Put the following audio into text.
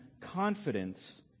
confidence